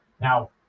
Now